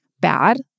bad